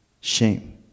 shame